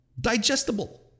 Digestible